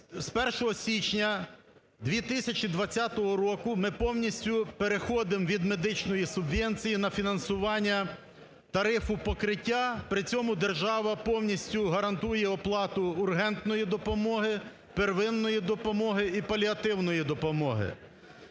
з 1 січня 2020 року ми повністю переходимо від медичної субвенції на фінансування тарифу покриття, при цьому держава повністю гарантує оплату ургентної допомоги, первинної допомоги і паліативної допомоги.